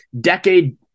decade